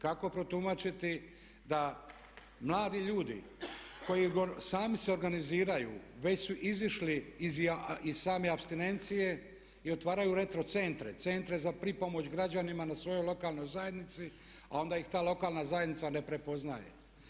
Kako protumačiti da mladi ljudi koji sami se organiziraju, već su izišli iz same apstinencije i otvaraju retro centre, centre za pripomoć građanima na svojoj lokalnoj zajednici, a onda ih ta lokalna zajednica ne prepoznaje.